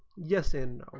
yes and